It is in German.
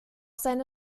seine